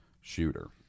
shooter